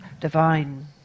divine